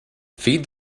feed